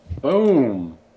Boom